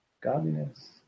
godliness